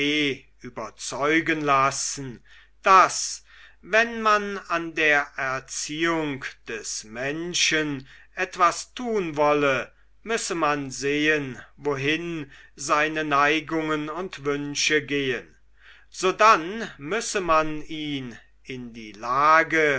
überzeugen lassen daß wenn man an der erziehung des menschen etwas tun wolle müsse man sehen wohin seine neigungen und wünsche gehen sodann müsse man ihn in die lage